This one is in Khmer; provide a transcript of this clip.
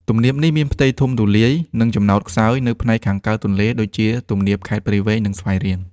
ទំនាបនេះមានផ្ទៃធំទូលាយ និងចំណោតខ្សោយនៅផ្នែកខាងកើតទន្លេ ដូចជាទំនាបខេត្តព្រៃវែង និងស្វាយរៀង។